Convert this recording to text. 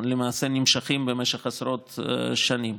למעשה נמשכות במשך עשרות שנים.